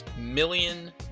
million